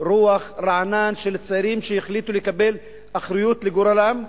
רוח רענן של צעירים שהחליטו לקבל אחריות לגורלם,